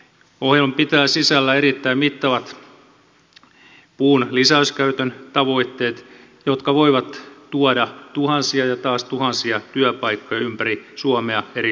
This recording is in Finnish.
ohjelma pitää sisällään erittäin mittavat puun lisäyskäytön tavoitteet jotka voivat tuoda tuhansia ja taas tuhansia työpaikkoja ympäri suomea eri maakuntiin